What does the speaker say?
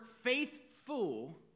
faithful